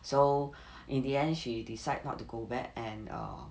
so in the end she decide not to go back and err